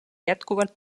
jätkuvalt